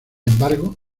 embargo